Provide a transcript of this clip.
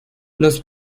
los